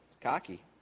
Cocky